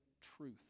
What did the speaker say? truth